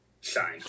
shine